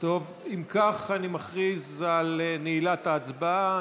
אם כך, אני מכריז על נעילת ההצבעה.